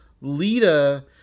Lita